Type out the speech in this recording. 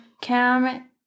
Cam